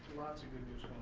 lots of good news